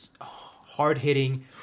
hard-hitting